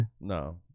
No